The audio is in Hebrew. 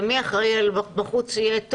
ומי אחראי על הבחוץ, שיהיה טוב?